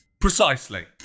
Precisely